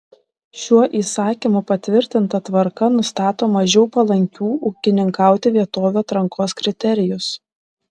šiuo įsakymu patvirtinta tvarka nustato mažiau palankių ūkininkauti vietovių atrankos kriterijus